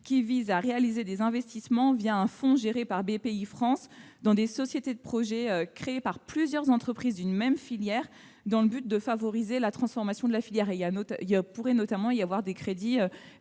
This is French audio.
qui vise à réaliser des investissements, un fonds géré par Bpifrance, dans des sociétés de projets créées par plusieurs entreprises d'une même filière dans le but de favoriser la transformation de ladite filière. Des crédits pourraient notamment être consacrés,